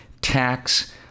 tax